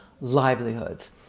livelihoods